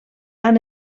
han